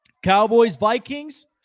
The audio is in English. Cowboys-Vikings